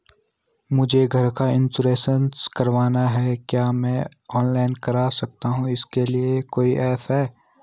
मुझे घर का इन्श्योरेंस करवाना है क्या मैं ऑनलाइन कर सकता हूँ इसके लिए कोई ऐप है?